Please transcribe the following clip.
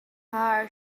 塔尔